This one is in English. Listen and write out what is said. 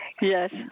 Yes